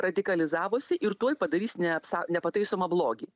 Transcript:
radikalizavosi ir tuoj padarys neapsa nepataisomą blogį